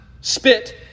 Spit